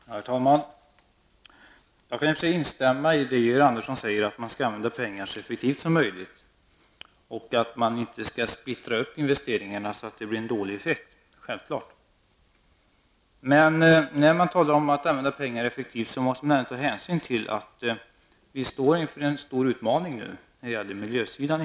Herr talman! Jag kan naturligtvis instämma i det Georg Andersson säger om att man skall använda pengarna så effektivt som möjligt och att man inte skall splittra investeringarna, så att effekten blir dålig. Det är självklart. När man talar om att använda pengarna effektivt måste man ta hänsyn till att vi står inför en stor utmaning, inte minst på miljösidan.